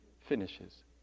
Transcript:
finishes